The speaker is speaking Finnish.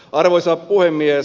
arvoisa puhemies